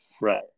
Right